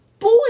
Boy